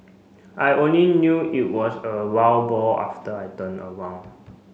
I only knew it was a wild boar after I turned around